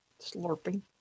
slurping